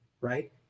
right